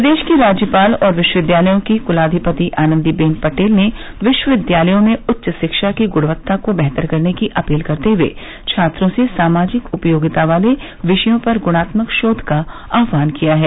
प्रदेश की राज्यपाल और विश्वविद्यालयों की कुलाधिपति आनंदी बेन पटेल ने विश्वविद्यालयों में उच्च शिक्षा की गुणवत्ता को बेहतर करने की अपील करते हुए छात्रों से सामाजिक उपयोगिता वाले विषयों पर गुणात्मक शोघ का आह्वान किया है